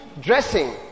dressing